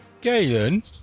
Galen